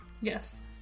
Yes